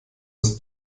des